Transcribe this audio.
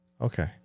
okay